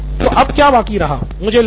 professor तो अब क्या बाकी रहा